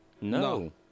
No